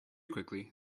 quickly